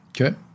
Okay